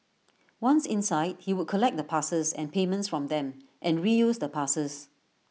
once inside he would collect the passes and payments from them and reuse the passes